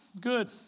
good